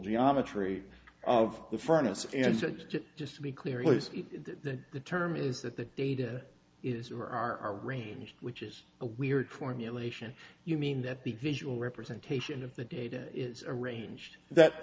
geometry of the furnace and just to be clear at least that the term is that the data is or are arranged which is a weird formulation you mean that the visual representation of the data is arranged that